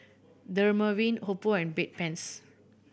Dermaveen Oppo and Bedpans